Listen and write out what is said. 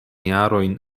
jarojn